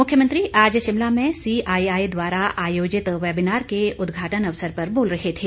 मुख्यमंत्री आज शिमला में सीआईआई द्वारा आयोजित वेबिनार के उद्घाटन अवसर पर बोल रहे थे